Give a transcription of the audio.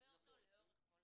שמלווה אותו לאורך כל הדרך.